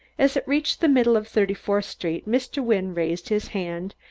as it reached the middle of thirty-fourth street mr. wynne raised his hand,